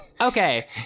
Okay